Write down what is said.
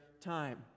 time